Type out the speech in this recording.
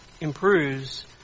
improves